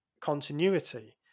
continuity